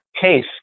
case